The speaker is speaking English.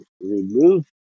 remove